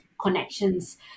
connections